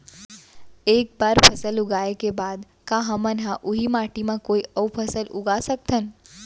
एक बार फसल उगाए के बाद का हमन ह, उही माटी मा कोई अऊ फसल उगा सकथन?